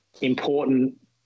important